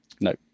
No